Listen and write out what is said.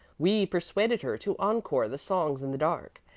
we persuaded her to encore the songs in the dark,